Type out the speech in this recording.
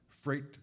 freight